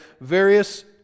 various